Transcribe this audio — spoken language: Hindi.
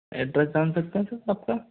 एड्रेस जान सकता हूँ सर आपका